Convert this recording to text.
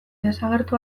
desagertu